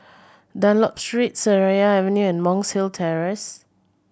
Dunlop Street Seraya Avenue Monk's Hill Terrace